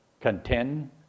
contend